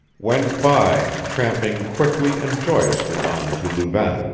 went by, tramping quickly and joyously on to louvain.